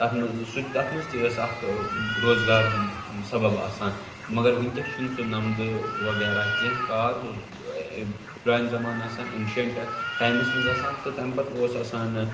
یَتھ منٛز تَتھ منٛز تہِ ٲس اَکھ روزگار ہُنٛد سَبَب آسان مگر وُنکؠس چھُنہٕ سُہ نَمدٕ وَغیرہ کیٚنٛہہ کار سُہ اوس پرٛانہِ زَمانہٕ آسان اِؠنشَنٛٹ ٹایِمَس منٛز آسان تہٕ تَمہِ پَتہٕ اوس آسان